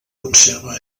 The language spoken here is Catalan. conserva